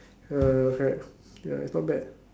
uh correct ya it's not bad